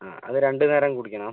ആ അത് രണ്ടുനേരം കുടിക്കണം